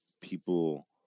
people